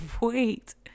wait